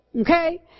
Okay